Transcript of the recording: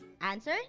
Answer